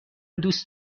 دوست